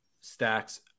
stacks